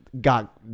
got